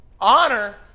Honor